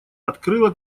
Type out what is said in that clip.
открыла